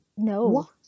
No